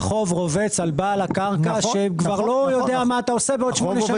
החוק רובץ על בעל הקרקע שכבר לא יודע מה אתה עושה בעוד שמונה שנים.